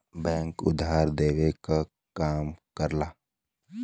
bank उधार देवे क काम करला